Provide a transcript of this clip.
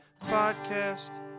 podcast